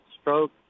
Stroke